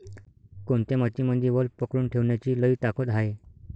कोनत्या मातीमंदी वल पकडून ठेवण्याची लई ताकद हाये?